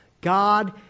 God